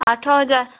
ଆଠ ହଜାର